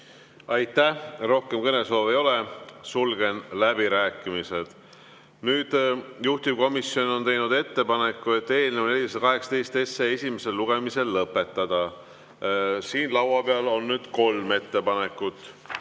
Aitäh! Rohkem kõnesoove ei ole. Sulgen läbirääkimised. Juhtivkomisjon on teinud ettepaneku eelnõu 418 esimene lugemine lõpetada. Siin laua peal on nüüd kolm ettepanekut.